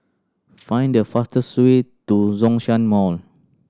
find the fastest way to Zhongshan Mall